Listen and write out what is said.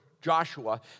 Joshua